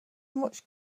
much